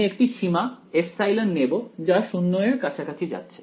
আমি একটি সীমা ε নেব যা 0 এর কাছাকাছি যাচ্ছে